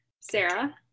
Sarah